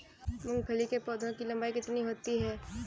मूंगफली के पौधे की लंबाई कितनी होती है?